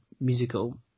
musical